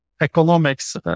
economics